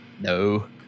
No